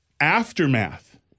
aftermath